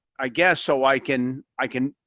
i guess so. i can i can